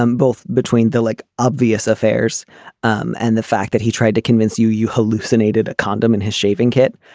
um both between the like obvious affairs um and the fact that he tried to convince you you hallucinated a condom in his shaving kit.